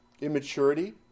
immaturity